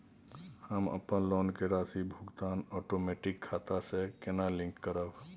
हम अपन लोन के राशि भुगतान ओटोमेटिक खाता से केना लिंक करब?